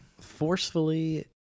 Forcefully